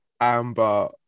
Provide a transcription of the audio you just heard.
amber